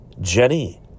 Jenny